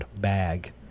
bag